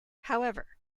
however